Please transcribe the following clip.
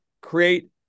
create